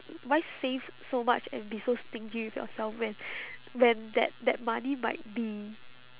why save so much and be so stingy with yourself when when that that money might be